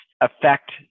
affect